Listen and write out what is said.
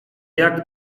jak